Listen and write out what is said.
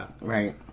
Right